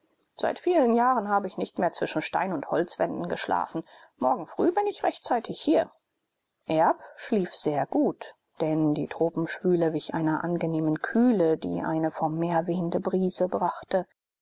seit vielen jahren habe ich nicht mehr zwischen stein und holzwänden geschlafen morgen früh bin ich rechtzeitig hier erb schlief sehr gut denn die tropenschwüle wich einer angenehmen kühle die eine vom meer wehende brise brachte